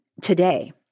today